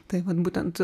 tai vat būtent